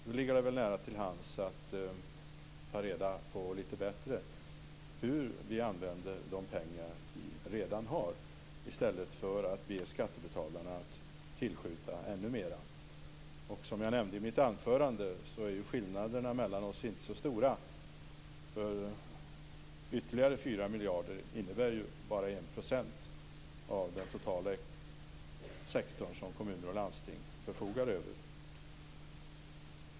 Då ligger det väl nära till hands att ta litet bättre reda på hur vi använder de pengar vi redan har, i stället för att be skattebetalarna att tillskjuta ännu mer. Som jag nämnde i mitt anförande är skillnaderna mellan oss inte så stora. Ytterligare 4 miljarder innebär ju bara 1 % av den totala sektor som kommuner och landsting förfogar över.